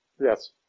Yes